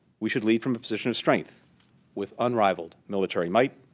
we should lead from a position of strength with unrivaled military might,